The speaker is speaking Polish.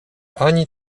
ani